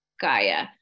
Gaia